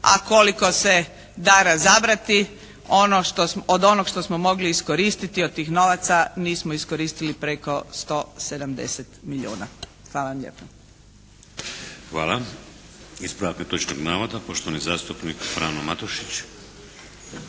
A koliko se da razabrati, od onog što smo mogli iskoristiti, od tih novaca nismo iskoristili preko 170 milijuna. Hvala vam lijepa. **Šeks, Vladimir (HDZ)** Hvala. Ispravak netočnog navoda poštovani zastupnik Frano Matušić.